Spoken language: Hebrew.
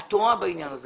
את טועה בעניין הזה.